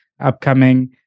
upcoming